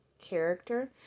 character